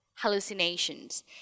hallucinations